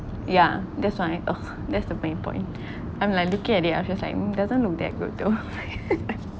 yeah that's why ugh that's the main point I'm like looking at it I was just like mm doesn't look that good though